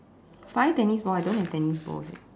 five tennis ball I don't have tennis balls eh